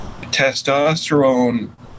testosterone